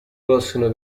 possono